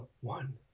one